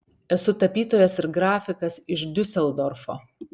esu tapytojas ir grafikas iš diuseldorfo